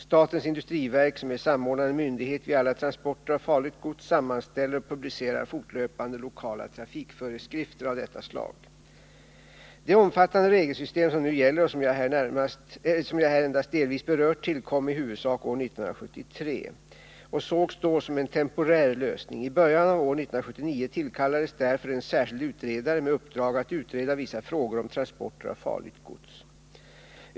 Statens industriverk, som är samordnande myndighet vid alla transporter av farligt gods, sammanställer och publicerar fortlöpande lokala trafikföreskrifter av detta slag. Det omfattande regelsystem som nu gäller och som jag här endast delvis berört tillkom i huvudsak år 1973 och sågs då som en temporär lösning. I början av år 1979 tillkallades därför en särskild utredare med uppdrag att utreda vissa frågor om transporter av farligt gods.